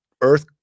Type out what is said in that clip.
Earth